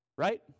right